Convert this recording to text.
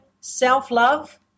self-love